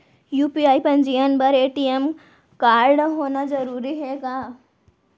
UPI पंजीयन बर ATM कारडहोना जरूरी हे का?